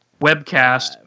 webcast